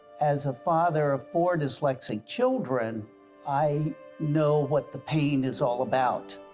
as a father of four dyslexic children i know what the pain is all about.